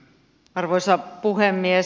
arvoisa puhemies